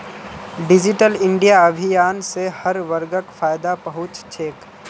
digital India अभियान स हर वर्गक फायदा पहुं च छेक